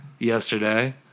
Yesterday